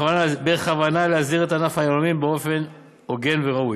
בכוונה להסדיר את ענף היהלומים באופן הוגן וראוי.